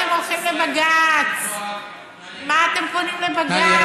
מה אתם הולכים לבג"ץ, מה אתם פונים לבג"ץ?